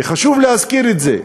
וחשוב להזכיר את זה,